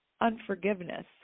unforgiveness